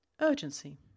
urgency